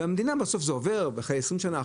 ובסוף זה עובר אחרי 20 שנה,